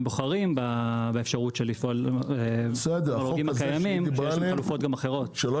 בוחרים באפשרות של לפעות במרלו"גים הקיימים כשיש גם חלופות אחרות.